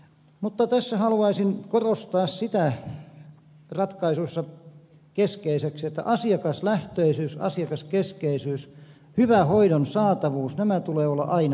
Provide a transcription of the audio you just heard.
mutta tässä haluaisin korostaa ratkaisussa keskeiseksi sitä että asiakaslähtöisyyden asiakaskeskeisyyden hyvän hoidon saatavuuden tulee olla aina tavoitteita